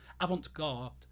avant-garde